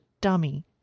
dummy